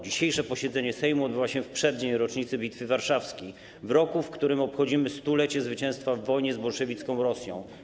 Dzisiejsze posiedzenie Sejmu odbywa się w przeddzień rocznicy Bitwy Warszawskiej, w roku, w którym obchodzimy stulecie zwycięstwa w wojnie z bolszewicką Rosją.